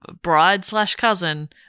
bride-slash-cousin